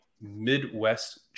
Midwest